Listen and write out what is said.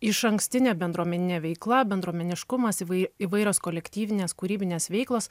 išankstinė bendruomeninė veikla bendruomeniškumas įvairios kolektyvinės kūrybinės veiklos